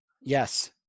Yes